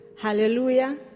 Hallelujah